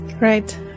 Right